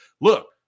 Look